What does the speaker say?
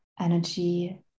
energy